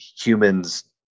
humans